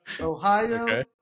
Ohio